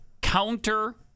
counter